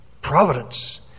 providence